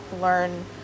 learn